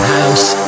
House